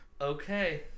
Okay